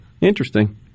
interesting